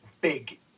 big